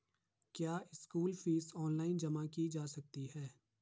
क्या school fees online जमा की जा सकती है?